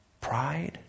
Pride